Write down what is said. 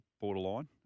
Borderline